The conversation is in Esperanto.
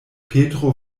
petro